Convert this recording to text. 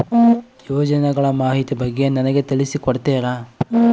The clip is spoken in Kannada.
ಯೋಜನೆಗಳ ಮಾಹಿತಿ ಬಗ್ಗೆ ನನಗೆ ತಿಳಿಸಿ ಕೊಡ್ತೇರಾ?